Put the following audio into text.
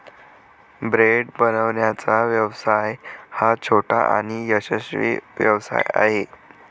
bread बनवण्याचा व्यवसाय हा छोटा आणि यशस्वी व्यवसाय आहे